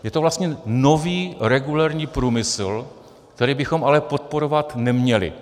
Je to vlastně nový regulérní průmysl, který bychom ale podporovat neměli.